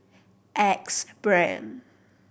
Axe Brand